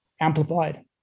amplified